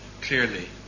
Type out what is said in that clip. clearly